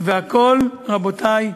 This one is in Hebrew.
והכול, רבותי,